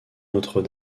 notre